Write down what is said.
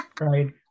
Right